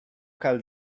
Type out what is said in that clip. cal